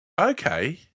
Okay